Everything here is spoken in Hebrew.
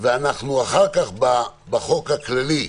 ואחר כך בחוק הכללי,